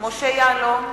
משה יעלון,